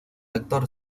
actor